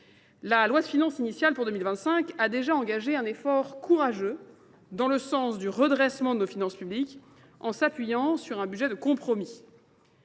La loi de finances initiale pour 2025 a déjà engagé un effort courageux dans le sens du redressement de nos finances publiques en s'appuyant sur un budget de compromis.